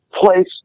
place